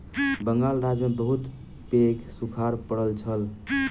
बंगाल राज्य में बहुत पैघ सूखाड़ पड़ल छल